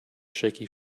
shaky